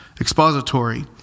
expository